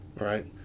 right